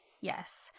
Yes